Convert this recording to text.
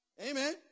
Amen